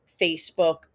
Facebook